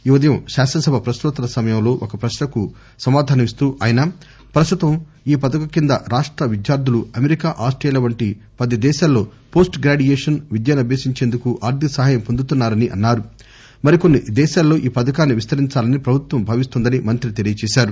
ఈ ఉదయం శాసనసభ ప్రక్నో త్తరాల సమయంలో ఒక ప్రక్న కు సమాధానమిస్తూ ప్రస్తుతం ఈ పథకం కింద రాష్ట్ర విద్యార్థులు అమెరికా ఆస్టేలియా వంటి పది దేశాల్లో పోస్టు గ్రాడ్యుయేషన్ విద్యనభ్యసించేందుకు ఆర్దిక సహాయం వొందుతున్నారని మరికొన్ని దేశాల్లో ఈ పథకాన్ని విస్తరించాలని ప్రభుత్వం భావిస్తోందని మంత్రి తెలియజేశారు